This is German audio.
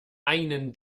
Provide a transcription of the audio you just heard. einen